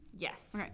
Yes